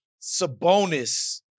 Sabonis